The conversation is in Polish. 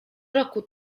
roku